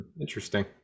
Interesting